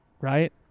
right